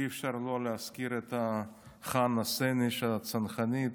אי-אפשר לא להזכיר את חנה סנש, הצנחנית